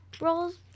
rolls